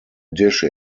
dish